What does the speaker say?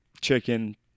chicken